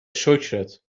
شکرت